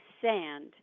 sand